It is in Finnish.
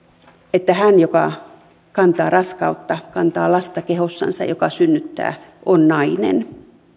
että hän joka kantaa raskautta kantaa lasta kehossansa ja joka synnyttää on nainen